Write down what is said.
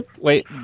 Wait